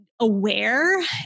aware